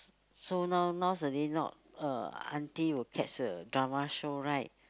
so now nowadays not uh auntie will catch the drama show right